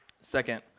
Second